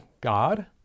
God